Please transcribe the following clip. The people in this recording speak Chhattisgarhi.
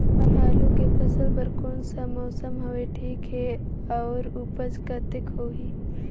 आलू के फसल बर कोन सा मौसम हवे ठीक हे अउर ऊपज कतेक होही?